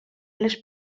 les